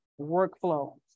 workflow